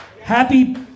Happy